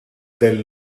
del